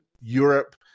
Europe